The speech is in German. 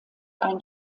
ein